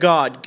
God